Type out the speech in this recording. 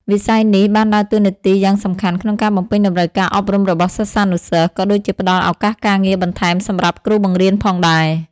វិស័យនេះបានដើរតួនាទីយ៉ាងសំខាន់ក្នុងការបំពេញតម្រូវការអប់រំរបស់សិស្សានុសិស្ស ក៏ដូចជាផ្តល់ឱកាសការងារបន្ថែមសម្រាប់គ្រូបង្រៀនផងដែរ។